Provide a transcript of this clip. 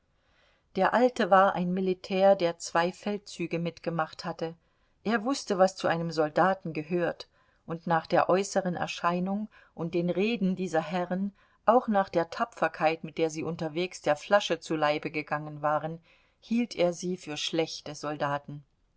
der alte war ein militär der zwei feldzüge mitgemacht hatte er wußte was zu einem soldaten gehört und nach der äußeren erscheinung und den reden dieser herren auch nach der tapferkeit mit der sie unterwegs der flasche zu leibe gegangen waren hielt er sie für schlechte soldaten